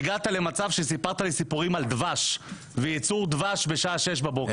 והגעת למצב שסיפרת לי סיפורים על דבש וייצור דבש בשעה שש בבוקר.